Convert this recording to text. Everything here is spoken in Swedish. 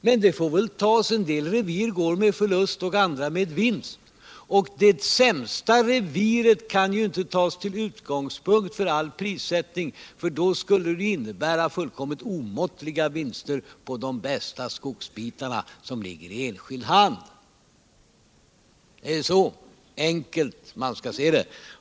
Men medan en del revir går med förlust går andra med vinst. Det sämsta reviret kan ju inte tas som utgångspunkt för all prissättning. Det skulle medföra fullkomligt omåttliga vinster på de bästa skogsbitarna, som ligger i enskild hand. Det är så enkelt man skall se det.